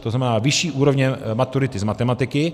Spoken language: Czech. To znamená vyšší úrovně maturity z matematiky.